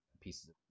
pieces